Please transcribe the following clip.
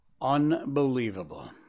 Unbelievable